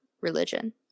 religion